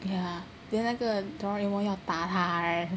ya then 那个 Doraemon 要打他 right